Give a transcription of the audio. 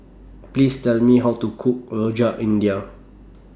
Please Tell Me How to Cook Rojak India